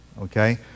Okay